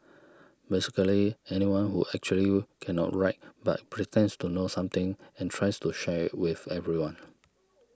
basically anyone who actually cannot write but pretends to know something and tries to share it with everyone